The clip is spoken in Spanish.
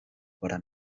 para